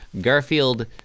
Garfield